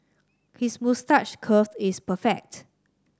his moustache curl is perfect